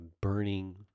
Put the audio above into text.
burning